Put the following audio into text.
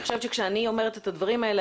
אני חושבת שכאשר אני אומרת את הדברים האלה,